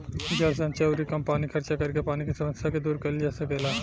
जल संचय अउरी कम पानी खर्चा करके पानी के समस्या के दूर कईल जा सकेला